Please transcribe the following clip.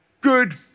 good